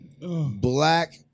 black